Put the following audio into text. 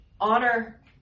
honor